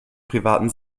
privaten